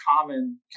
common